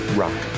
rock